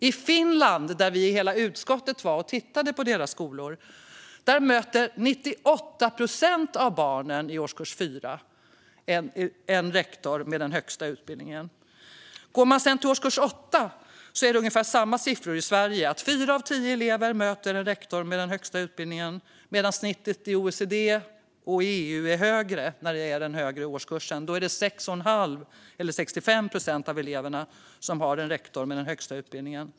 I Finland, där hela utskottet var och tittade på skolor, möter 98 procent av barnen i årskurs 4 en rektor med den högsta utbildningen. Går man sedan till årskurs 8 är siffrorna ungefär desamma i Sverige: Fyra av tio elever möter en rektor med den högsta utbildningen. Snittet i OECD och EU är högre för den högre årskursen; där har 65 procent av eleverna en rektor med den högsta utbildningen.